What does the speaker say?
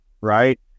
right